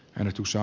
riksussa